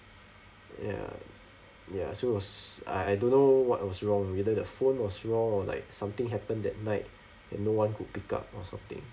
ya ya so it was I I don't know what was wrong whether the phone was wrong or like something happened that night and no one could pick up or something